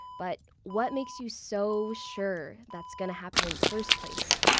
but what makes you so sure that's gonna happen in the first place?